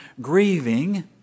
grieving